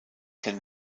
can